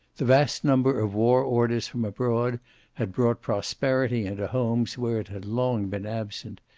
the vast number of war orders from abroad had brought prosperity into homes where it had long been absent.